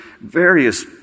various